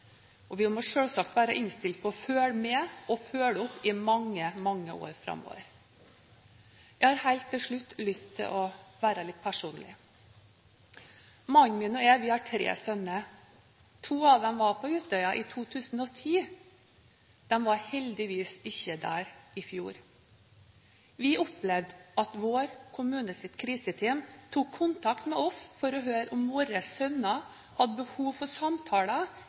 Vi må selvsagt være innstilt på å følge med og følge opp i mange, mange år framover. Jeg har helt til slutt lyst til å være litt personlig. Min mann og jeg har tre sønner. To av dem var på Utøya i 2010. De var heldigvis ikke der i fjor. Vi opplevde at vår kommunes kriseteam tok kontakt med oss for å høre om våre sønner hadde behov for samtaler,